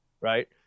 Right